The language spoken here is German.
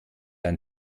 ein